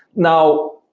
now,